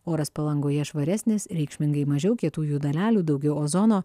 oras palangoje švaresnis reikšmingai mažiau kietųjų dalelių daugiau ozono